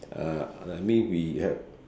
uh I mean we h~